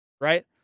right